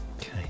Okay